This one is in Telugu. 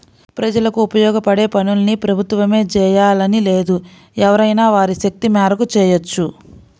ప్రజలకు ఉపయోగపడే పనుల్ని ప్రభుత్వమే జెయ్యాలని లేదు ఎవరైనా వారి శక్తి మేరకు చెయ్యొచ్చు